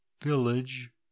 village